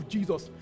Jesus